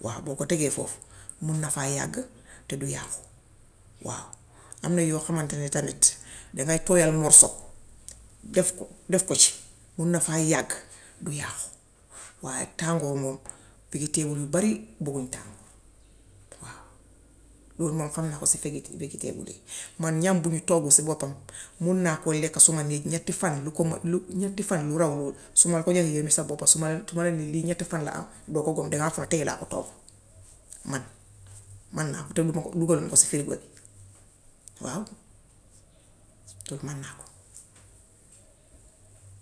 Waaw boo ko tegee foofu, mun na faa yàgg, te du yàqu, waaw. Am na yoo xamanta ne tamit, dangay tooyal morso def ko def ko ci, mun na faa yàgg, du yàqu waaye tàngoor moom piritéem yu bare bugguñ tàngoor, waaw. Loolu moom xam naa ko si. Man ñam bu ñu toggu si boppam, mun naa koo lekka suma néeg ñetti fan lu ko mat lu lu neenti fan lu raw loolu. Su ma la ko joxee yaw mii sa boppa su ma na lee lii ñetti fan la am doo ko gom daŋay foog tay laa ko toggu. Man, man naa ko te duma ko dugaluma ko ci firigo bi. Waaw. Loolu man naa ko.